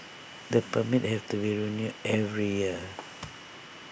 the permits have to be renewed every year